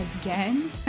again